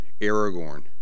Aragorn